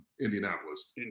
Indianapolis